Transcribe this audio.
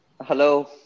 Hello